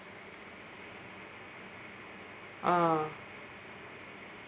ah